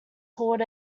called